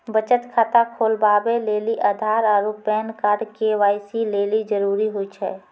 बचत खाता खोलबाबै लेली आधार आरू पैन कार्ड के.वाइ.सी लेली जरूरी होय छै